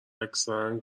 اکثرا